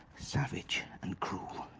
savage, and cruel.